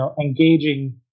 engaging